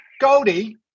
Goldie